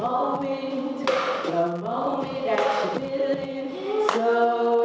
whoa whoa whoa whoa